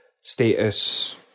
status